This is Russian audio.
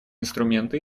инструменты